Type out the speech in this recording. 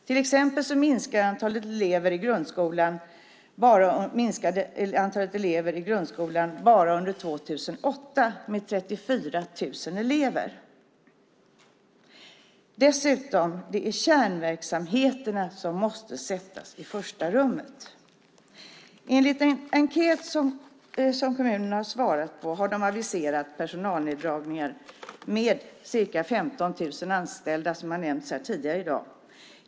Till exempel minskar antalet elever i grundskolan bara under 2008 med 34 000 elever. Dessutom är det kärnverksamheterna som måste sättas i främsta rummet. Enligt en enkät som kommunerna har svarat på har de aviserat personalneddragningar med ca 15 000 anställda, vilket har nämnts tidigare här i dag.